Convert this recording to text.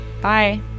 Bye